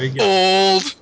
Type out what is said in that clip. Old